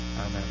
amen